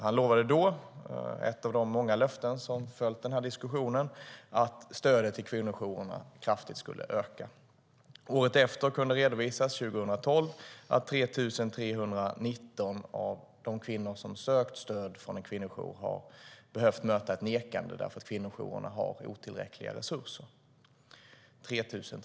Han lovade då - ett av de många löften som följt denna diskussion - att stödet till kvinnojourerna kraftigt skulle öka. Året efter, 2012, kunde redovisas att 3 319 av de kvinnor som sökt stöd från en kvinnojour har behövt möta ett nekande därför att kvinnojourerna har otillräckliga resurser.